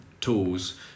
tools